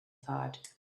thought